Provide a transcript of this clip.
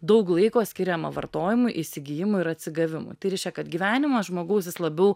daug laiko skiriama vartojimui įsigijimui ir atsigavimui tai reiškia kad gyvenimas žmogaus jis labiau